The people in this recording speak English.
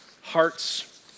hearts